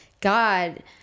God